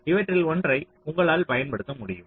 இவற்றில் ஒன்றை உங்களால் பயன்படுத்த முடியும்